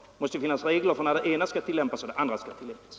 Det måste finnas regler för när det ena skall tillämpas och när det andra skall tillämpas.